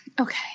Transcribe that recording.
Okay